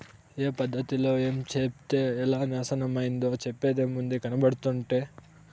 ఏ పద్ధతిలో ఏంచేత్తే ఎలా నాశనమైతందో చెప్పేదేముంది, కనబడుతంటే